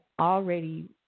already